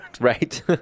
Right